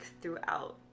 throughout